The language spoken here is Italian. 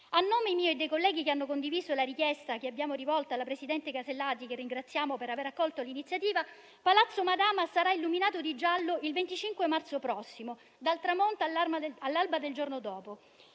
A nome mio e dei colleghi che hanno condiviso la richiesta che abbiamo rivolto alla Presidente Alberti Casellati, che ringraziamo per aver accolto l'iniziativa, Palazzo Madama sarà illuminato di giallo il 25 marzo prossimo, dal tramonto all'alba del giorno dopo.